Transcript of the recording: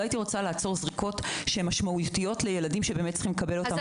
לא הייתי רוצה לעצור זריקות שמשמעותיות לילדים שבאמת צריכים לקבל אותן.